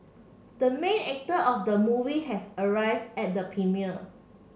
the main actor of the movie has arrive at the premiere